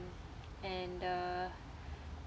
and uh